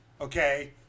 Okay